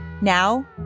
Now